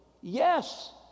yes